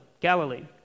Galilee